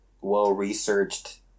well-researched